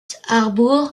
harbour